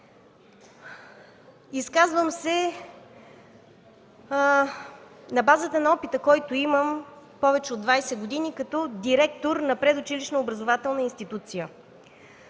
Изказвам се на базата на опита, който имам повече от 20 години като директор на предучилищна образователна институция.